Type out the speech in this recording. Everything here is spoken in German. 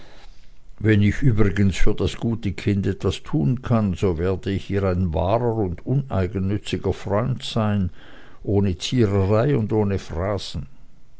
wenn ich übrigens für das gute kind etwas tun kann so werde ich ihr ein wahrer und uneigennütziger freund sein ohne ziererei und ohne phrasen